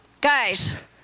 guys